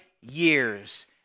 years